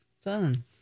fun